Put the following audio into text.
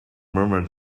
murmured